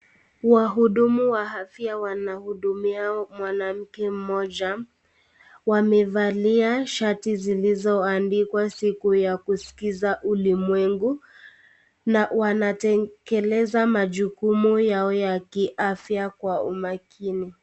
Wahudumu wa afya wanahudumia mwanamke mmoja , wamevalia shati zilizoandikwa siku ya kuskiza ulimwengu na wanatekeleza majukumu yao ya kiafya kwa umakini.